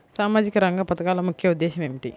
సామాజిక రంగ పథకాల ముఖ్య ఉద్దేశం ఏమిటీ?